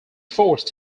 forced